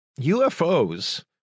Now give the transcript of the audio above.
UFOs